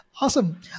Awesome